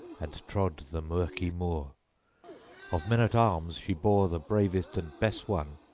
and trod the murky moor of men-at-arms she bore the bravest and best one,